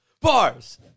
Bars